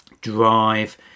drive